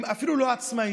הם אפילו לא עצמאים,